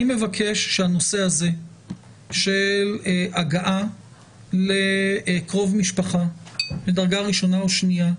אני מבקש שהנושא הזה של הגעה לקרוב משפחה מדרגה ראשונה או שנייה,